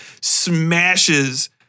smashes